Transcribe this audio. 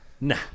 Nah